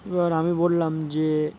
এবার আমি বললাম যে